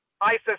ISIS